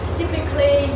typically